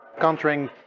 countering